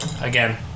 again